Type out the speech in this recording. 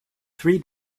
three